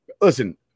Listen